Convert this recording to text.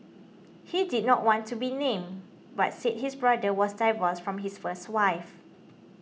he did not want to be named but said his brother was divorced from his first wife